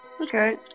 Okay